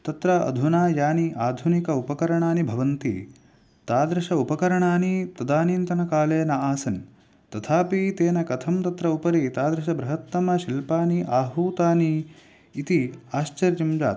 तत्र अधुना यानि आधुनिक उपकरणानि भवन्ति तादृश उपकरणानि तदानीन्तनकाले न आसन् तथापि तेन कथं तत्र उपरि एतादृशबृहत्तमशिल्पानि आहूतानि इति आश्चर्यं जातम्